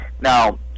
Now